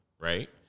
right